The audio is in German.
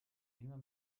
beamer